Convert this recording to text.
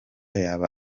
yaba